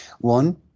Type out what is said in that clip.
one